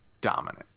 dominant